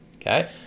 okay